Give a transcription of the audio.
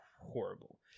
horrible